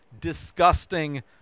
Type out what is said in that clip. disgusting